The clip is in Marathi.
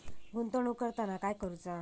गुंतवणूक करताना काय करुचा?